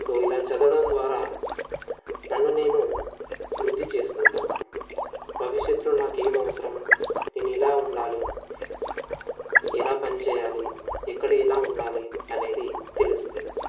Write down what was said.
so ఇలా చదవడం ద్వారా నన్ను నేను వృద్ధి చేసుకుంటాను భవిష్యత్తులో నాకు ఏమి ఏం అవసరం నేను ఇలా ఉండాలి ఎలా పనిచేయాలి ఎక్కడ ఎలా ఉండాలి అనేది తెలుస్తుంది